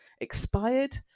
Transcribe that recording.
expired